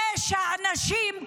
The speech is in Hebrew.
תשע נשים,